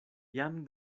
jam